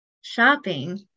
Shopping